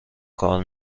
کار